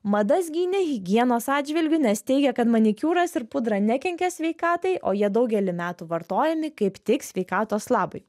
madas gynė higienos atžvilgiu nes teigė kad manikiūras ir pudra nekenkia sveikatai o jie daugelį metų vartojami kaip tik sveikatos labui